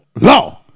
law